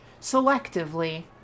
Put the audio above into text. selectively